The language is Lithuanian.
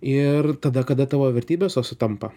ir tada kada tavo vertybės jos sutampa